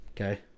Okay